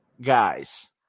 Guys